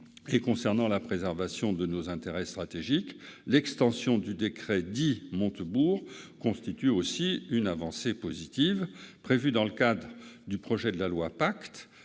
Concernant la préservation de nos intérêts stratégiques, l'extension du décret dit « Montebourg » constitue également une avancée positive. Prévue dans le cadre du futur Plan d'action